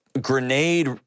grenade